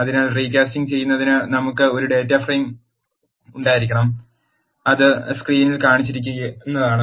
അതിനാൽ റീകാസ്റ്റിംഗ് ചെയ്യുന്നതിന് നമുക്ക് ഒരു ഡാറ്റ ഫ്രെയിം ഉണ്ടായിരിക്കണം അത് സ്ക്രീനിൽ കാണിച്ചിരിക്കുന്നതാണ്